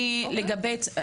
יופי.